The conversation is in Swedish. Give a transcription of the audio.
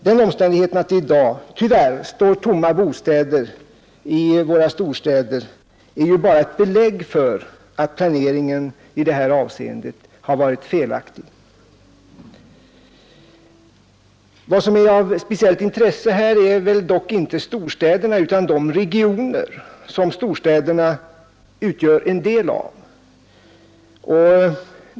Den omständigheten att det i dag tyvärr står tomma bostäder i våra storstäder är bara ett belägg för att planeringen i detta avseende har varit felaktig. Av speciellt intresse är dock inte storstäderna utan de regioner som storstäderna utgör en del av.